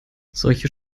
solche